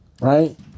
Right